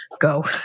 go